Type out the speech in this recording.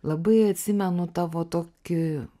labai atsimenu tavo tokį